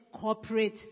corporate